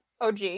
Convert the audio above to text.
OG